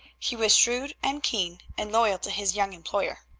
he was shrewd and keen, and loyal to his young employer.